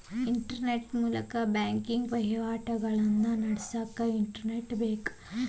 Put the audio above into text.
internet ಮೂಲಕ banking ವಹಿವಾಟಿಗಳನ್ನ ನಡಸಕ ಇಂಟರ್ನೆಟ್ ಬ್ಯಾಂಕಿಂಗ್ ಡಿಜಿಟಲ್ ವಿಧಾನವಾಗ್ಯದ